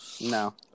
no